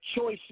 choice